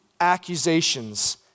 accusations